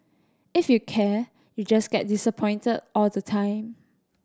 if you care you just get disappointed all the time